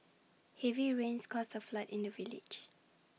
heavy rains caused A flood in the village